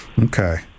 Okay